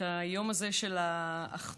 את היום הזה של האחדות.